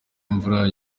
imvura